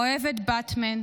אוהב את באטמן.